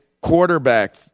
quarterback